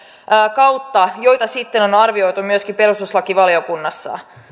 kautta joita sitten on arvioitu myöskin perustuslakivaliokunnassa